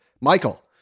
Michael